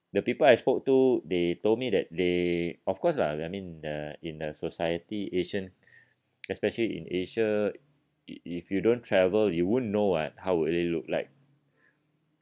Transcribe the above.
the people I spoke to they told me that they of course lah I mean uh in a society asian especially in asia if if you don't travel you won't know what how would they look like